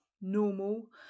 normal